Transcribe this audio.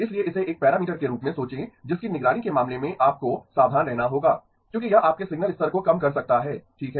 इसलिए इसे एक पैरामीटर के रूप में सोचें जिसकी निगरानी के मामले में आपको सावधान रहना होगा क्योंकि यह आपके सिग्नल स्तर को कम कर सकता है ठीक है